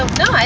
no